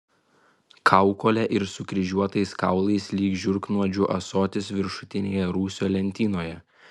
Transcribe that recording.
kaukole ir sukryžiuotais kaulais lyg žiurknuodžių ąsotis viršutinėje rūsio lentynoje